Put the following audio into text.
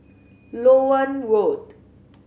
Loewen Road